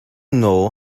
know